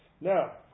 Now